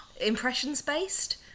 impressions-based